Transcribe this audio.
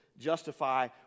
justify